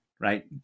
right